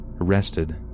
Arrested